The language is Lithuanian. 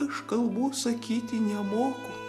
aš kalbų sakyti nemoku